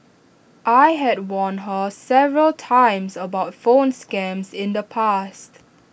I had warned her several times about phone scams in the past